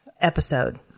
episode